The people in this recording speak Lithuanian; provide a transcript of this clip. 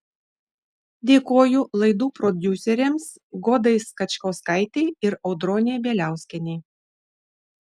dėkoju laidų prodiuserėms godai skačkauskaitei ir audronei bieliauskienei